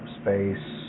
space